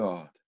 God